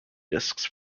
discs